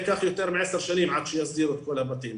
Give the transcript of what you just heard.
ייקח יותר מעשר שנים עד שיסדירו את כל הבתים.